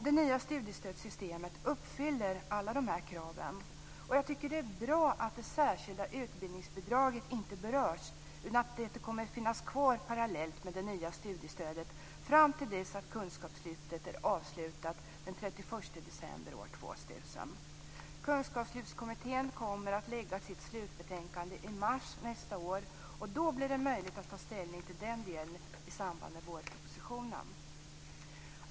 Det nya studiestödssystemet uppfyller alla dessa krav. Jag tycker att det är bra att det särskilda utbildningsbidraget inte berörs utan att det kommer att finnas kvar parallellt med det nya studiestödet fram till dess att kunskapslyftet är avslutat den 31 december år 2000. Kunskapslyftskommittén kommer att lägga fram sitt slutbetänkande i mars nästa år, och då blir det möjligt att ta ställning till den delen i samband med vårpropositionen.